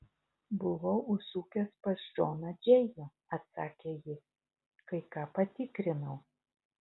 buvau užsukęs pas džoną džėjų atsakė jis kai ką patikrinau